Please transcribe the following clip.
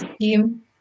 team